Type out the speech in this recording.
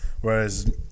Whereas